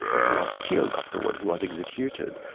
and he was killed afterwards, he was executed.